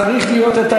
צריך להיות,